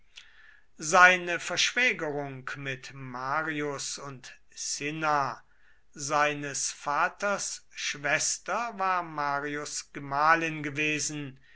seine verschwägerung mit marius und cinna seines vaters schwester war marius gemahlin gewesen